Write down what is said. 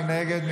מי נגד?